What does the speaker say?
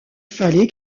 fallait